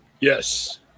yes